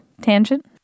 tangent